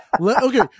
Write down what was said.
okay